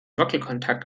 wackelkontakt